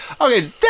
Okay